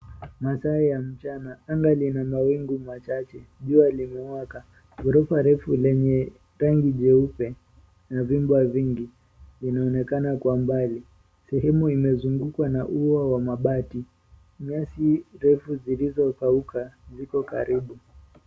Masaa ya mchana, anga lina mawingu machache. Jua limewaka. Ghorofa refu lenye rangi jeupe na vyumba vingi, linaonekana kwa mbali. Sehemu imezungukwa na ua wa mabati. Nyasi ndefu zilizokauka ziko karibu.